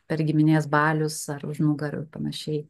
per giminės balius ar už nugarų ir panašiai